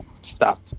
stop